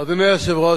אדוני היושב-ראש,